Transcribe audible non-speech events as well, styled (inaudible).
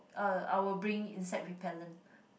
err I will bring insect repellent (breath)